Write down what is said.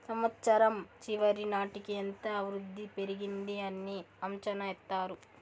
సంవచ్చరం చివరి నాటికి ఎంత వృద్ధి పెరిగింది అని అంచనా ఎత్తారు